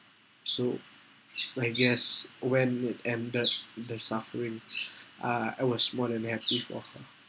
so my guess when it ended the sufferings uh I was more than happy for her